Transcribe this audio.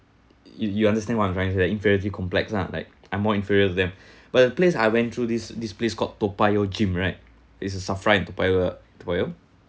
you you understand what I'm trying to say inferiority complex ah like I'm more inferior to them but the place I went through this this this called toa payoh gym right it's a SAFRA in toa payoh toa payoh